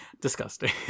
disgusting